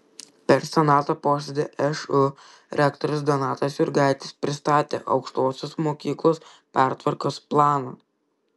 per senato posėdį šu rektorius donatas jurgaitis pristatė aukštosios mokyklos pertvarkos planą